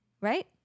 Right